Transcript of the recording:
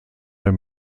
der